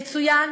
יצוין